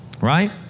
Right